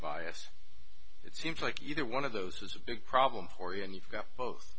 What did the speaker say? bias it seems like either one of those was a big problem for you and you've got both